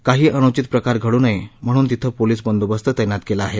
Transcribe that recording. काही अनुचित प्रकार घडू नये म्हणून तिथं पोलिस बंदोबस्त तैनात केला आहे